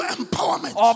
empowerment